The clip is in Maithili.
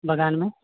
बगानमे